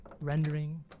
rendering